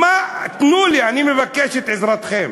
תנו לי, אני מבקש את עזרתכם,